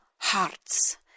hearts